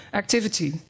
activity